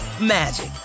magic